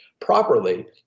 Properly